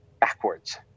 backwards